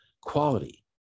quality